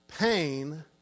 Pain